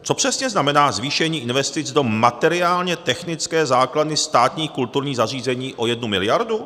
Co přesně znamená zvýšení investic do materiálně technické základny státních kulturních zařízení o jednu miliardu?